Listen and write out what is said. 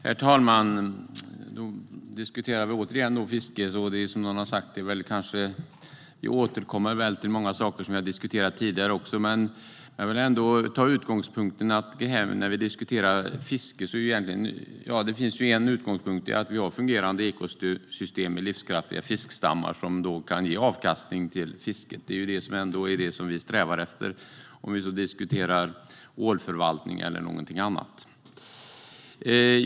Herr talman! Nu diskuterar vi återigen fisket. Vi brukar återkomma till mycket som vi har behandlat tidigare. Men när man diskuterar fiske finns det ju en utgångspunkt, och det är att vi har fungerande ekosystem i livskraftiga fiskstammar som kan ge avkastning. Det är ju det som vi strävar efter oavsett om vi diskuterar vårdförvaltning eller någonting annat.